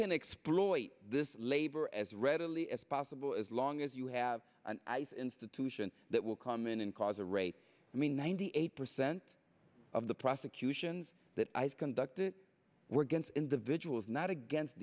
can exploit this labor as readily as possible as long as you have an ice institution that will come in and cause a rate i mean ninety eight percent of the prosecutions that i've conducted were going to individuals not against